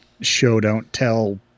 show-don't-tell